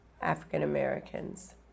African-Americans